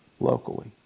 locally